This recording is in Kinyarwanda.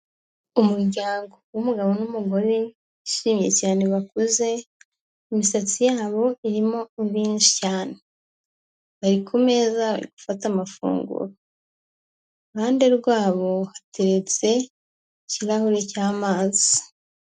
Umuryango w'umugabo n'umugore bishimye cyane bakuze, imisatsi yabo irimo imvi nyinshi cyane, bari kumeza bari gufata amafunguro iruhande rwabo hateretse ikirahure cy'amazi.